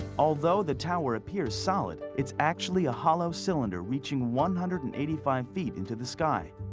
although the tower appears solid, it's actually a hollow cylinder reaching one hundred and eighty five feet into the sky.